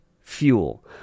fuel